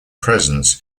presence